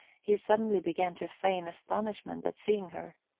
he suddenly began to feign astonishment at seeing her.